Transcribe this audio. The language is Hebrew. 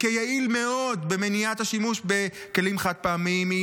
כיעיל מאוד במניעת השימוש בכלים חד-פעמיים.